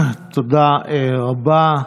תודה רבה.